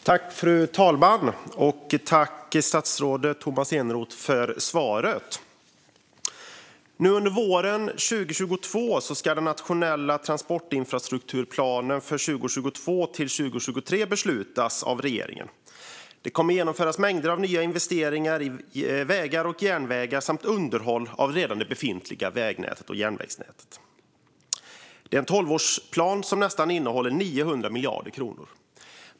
Fru talman! Tack, statsrådet Tomas Eneroth, för svaret! Under våren 2022 ska den nationella transportinfrastrukturplanen för 2022-2033 beslutas av regeringen. Mängder av nya investeringar i vägar och järnvägar samt underhåll av det redan befintliga vägnätet och järnvägsnätet kommer att genomföras. Det är en tolvårsplan som omfattar nästan 900 miljarder kronor.